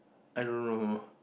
I don't know